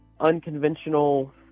unconventional